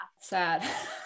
Sad